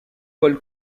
paul